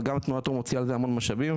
אבל תנועת אור מוציאה על זה המון משאבים,